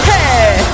Hey